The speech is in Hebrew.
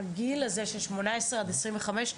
הגיל הזה של 18 עד 25,